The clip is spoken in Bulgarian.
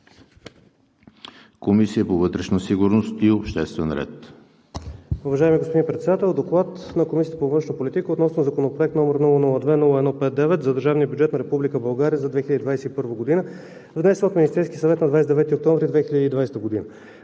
Комисията по вътрешна сигурност и обществен ред.